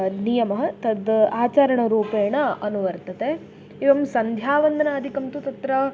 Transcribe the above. नियमः तद् आचरणरूपेण अनुवर्तते एवं सन्ध्यावन्दनादिकं तु तत्र